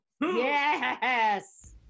Yes